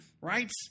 right